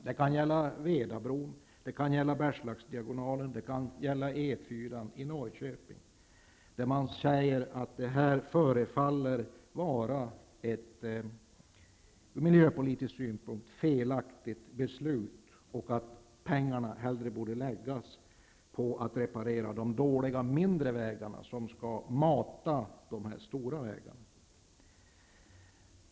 Det kan gälla Vedabron, Bergslagsdiagonalen, E 4:an i Norrköping där man säger att det förefaller vara ett från miljöpolitisk synpunk felaktigt beslut och att pengarna hellre borde läggas på att reparera de dåliga mindre vägarna som skall mata de stora vägarna.